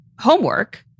homework